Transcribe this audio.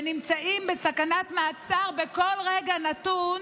ונמצאים בסכנת מעצר בכל רגע נתון